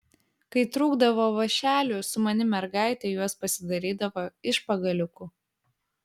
kai trūkdavo vąšelių sumani mergaitė juos pasidarydavo iš pagaliukų